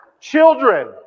Children